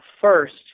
first